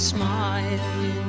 Smile